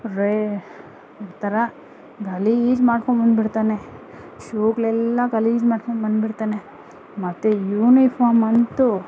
ರೇ ಒಂಥರ ಗಲೀಜು ಮಾಡ್ಕೊಂಡು ಬಂದ್ಬಿಡ್ತಾನೆ ಶೂಗಳೆಲ್ಲ ಗಲೀಜು ಮಾಡ್ಕೊಂಡು ಬಂದ್ಬಿಡ್ತಾನೆ ಮತ್ತು ಯೂನಿಫಾರ್ಮ್ ಅಂತೂ